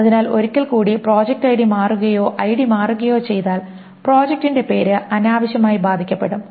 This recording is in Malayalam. അതിനാൽ ഒരിക്കൽകൂടി പ്രൊജക്റ്റ് ഐഡി മാറുകയോ ഐഡി മാറുകയോ ചെയ്താൽ പ്രൊജക്റ്റിന്റെ പേര് അനാവശ്യമായി ബാധിക്കപ്പെടും